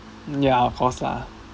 ya of course lah